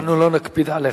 אנחנו לא נקפיד עליך.